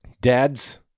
dads